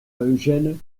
eugène